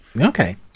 Okay